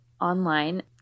online